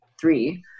three